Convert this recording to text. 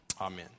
Amen